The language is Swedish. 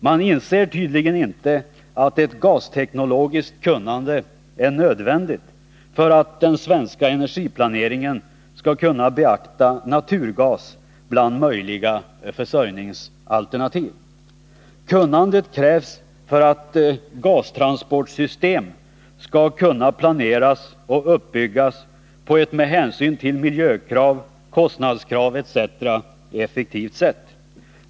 Man inser tydligen inte att ett gasteknologiskt kunnande är nödvändigt för att den svenska energiplaneringen skall kunna beakta naturgas bland möjliga försörjningsalternativ. Kunnandet krävs för att gastransportsystem skall kunna planeras och uppbyggas på ett med hänsyn till miljökrav, kostnadskrav etc. effektivt sätt.